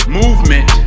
movement